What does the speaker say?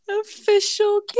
official